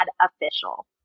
official